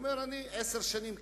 והוא אומר: עשר שנים קיבלתי.